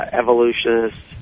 evolutionist